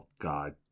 god